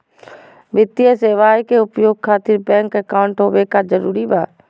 वित्तीय सेवाएं के उपयोग खातिर बैंक अकाउंट होबे का जरूरी बा?